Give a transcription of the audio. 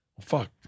Fuck